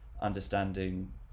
Understanding